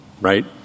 right